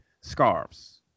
scarves